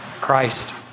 Christ